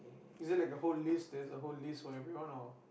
is it like a whole list there's a whole list for everyone or